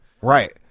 Right